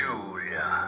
Julia